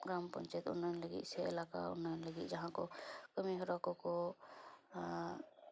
ᱜᱨᱟᱢ ᱯᱚᱧᱪᱟᱭᱮᱛ ᱩᱱᱱᱚᱭᱚᱱ ᱞᱟᱹᱜᱤᱫ ᱥᱮ ᱮᱞᱟᱠᱟ ᱩᱱᱱᱚᱭᱚᱱ ᱞᱟᱹᱜᱤᱫ ᱡᱟᱦᱟᱸᱠᱚ ᱠᱟᱹᱢᱤ ᱦᱚᱨᱟ ᱠᱚᱠᱚ